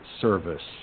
service